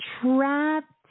Trapped